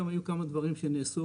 גם היו כמה דברים שנעשו,